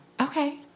Okay